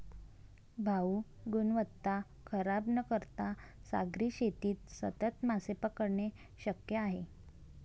भाऊ, गुणवत्ता खराब न करता सागरी शेतीत सतत मासे पकडणे शक्य आहे